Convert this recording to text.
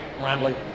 rambling